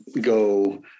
go